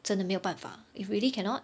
真的没有办法 if really cannot